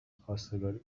خواستگاری